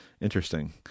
Interesting